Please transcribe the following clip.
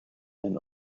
and